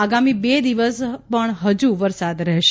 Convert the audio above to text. આગામી બે દિવસ પણ હજુ વરસાદ રહેશે